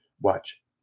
watch